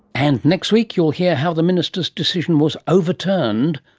and next week, you'll hear how the minister's decision was overturned,